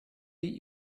eat